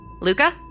Luca